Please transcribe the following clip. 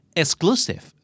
exclusive